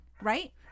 right